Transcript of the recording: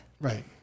Right